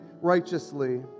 righteously